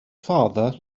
father